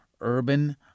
urban